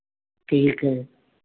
ठीक है